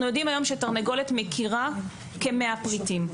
אנחנו יודעים היום שתרנגולת מכירה כ-100 פריטים.